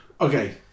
Okay